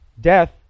death